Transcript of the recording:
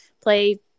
play